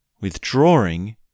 withdrawing